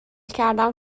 کردم